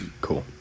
Cool